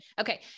Okay